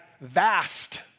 vast